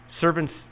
Servants